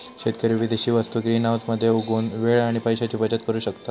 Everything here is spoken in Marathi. शेतकरी विदेशी वस्तु ग्रीनहाऊस मध्ये उगवुन वेळ आणि पैशाची बचत करु शकता